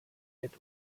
add